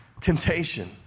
temptation